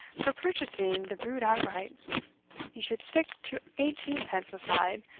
for purchasing the brute outright you should stick to eighteenpence a side,